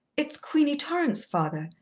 it's queenie torrance, father.